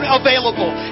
available